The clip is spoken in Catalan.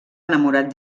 enamorat